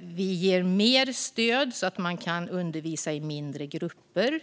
Vi ger mer stöd, så att man kan undervisa i mindre grupper,